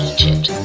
Egypt